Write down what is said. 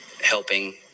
helping